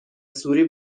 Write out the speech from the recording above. سوری